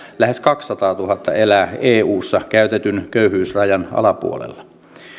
lähes kaksisataatuhatta elää eussa käytetyn köyhyysrajan alapuolella